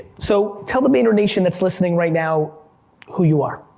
so, tell the vaynernation that's listening right now who you are.